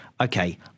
okay